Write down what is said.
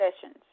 sessions